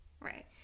Right